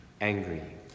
angry